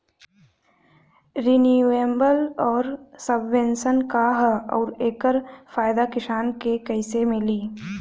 Renewable आउर subvention का ह आउर एकर फायदा किसान के कइसे मिली?